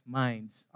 minds